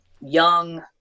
young